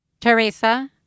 Teresa